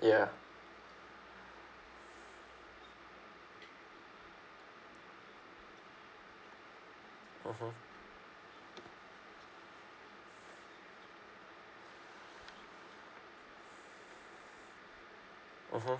ya mmhmm mmhmm